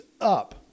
up